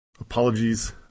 apologies